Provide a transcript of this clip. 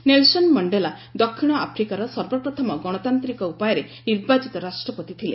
Nelson Mandela ଦକ୍ଷିଣଆଫ୍ରିକାର ସର୍ବପ୍ରଥମ ଗଣତାନ୍ତ୍ରିକ ଉପାୟରେ ନିର୍ବାଚିତ ରାଷ୍ଟ୍ରପତି ଥିଲେ